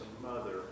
mother